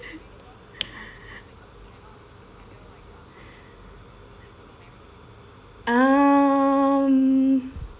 um